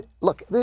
look